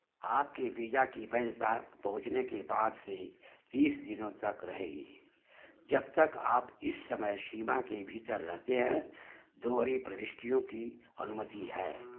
आपके वीजा की वैधता पहुँचने के बाद से तीस दिनों तक रहेगी जब तक आप इस समय सीमा के भीतर रहते हैं दोहरी प्रविष्टियों की अनुमति है